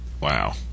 wow